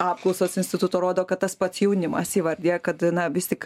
apklausos instituto rodo kad tas pats jaunimas įvardija kad na vis tik